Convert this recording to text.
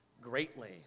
greatly